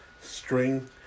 string